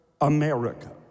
America